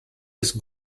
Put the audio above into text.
des